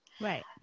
Right